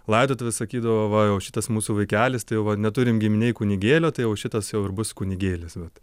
laidotuves sakydavo va jau šitas mūsų vaikelis tai jau va neturim giminėj kunigėlio tai jau šitas jau ir bus kunigėlis vat